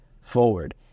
Forward